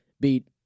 beat